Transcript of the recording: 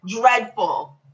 dreadful